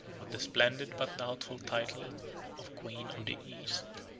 with the splendid but doubtful title of queen of the east.